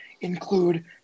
include